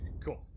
Cool